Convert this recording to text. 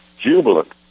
jubilant